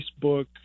facebook